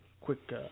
quick